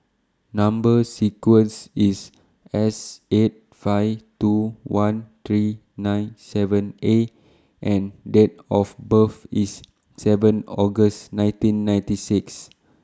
Number sequence IS S eight five two one three nine seven A and Date of birth IS seven August nineteen ninety six